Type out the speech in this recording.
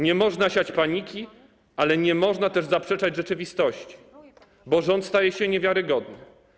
Nie można siać paniki, ale nie można też zaprzeczać rzeczywistości, bo rząd staje się niewiarygodny.